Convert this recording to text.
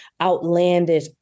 outlandish